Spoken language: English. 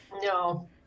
no